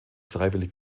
freiwillig